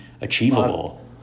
achievable